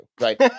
Right